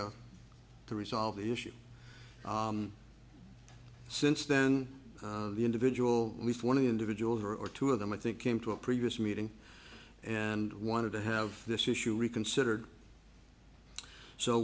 to to resolve the issue since then the individual least one of the individuals or two of them i think came to a previous meeting and wanted to have this issue reconsidered so